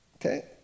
Okay